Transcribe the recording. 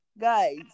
guys